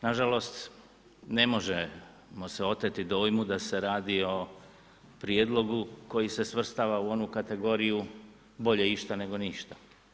Nažalost, ne možemo se oteti dojmu da se radi o prijedlogu koji se svrstava u onu kategoriju bolje išta, nego ništa.